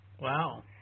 Wow